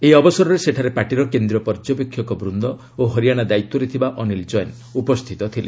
ଏହି ଅବସରରେ ସେଠାରେ ପାର୍ଟିର କେନ୍ଦ୍ରୀୟ ପର୍ଯ୍ୟବେକ୍ଷକ ବୃନ୍ଦ ଓ ହରିଆଣା ଦାୟିତ୍ୱରେ ଥିବା ଅନୀଲ କ୍ଜେନ୍ ଉପସ୍ଥିତ ଥିଲେ